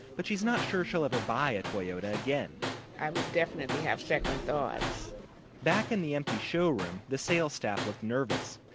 but she's not sure she'll ever buy a toyota again i would definitely have second thoughts back in the empty showroom, the sales staff looked nervous.